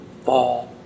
fall